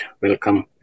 welcome